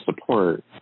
support